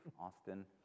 Austin